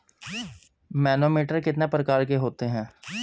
Manometer कितने प्रकार के होते हैं?